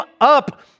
up